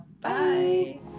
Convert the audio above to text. Bye